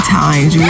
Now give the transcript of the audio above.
times